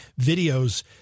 videos